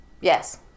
Yes